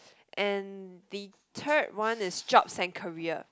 and the third one is jobs and career